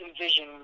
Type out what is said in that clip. envision